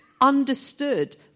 understood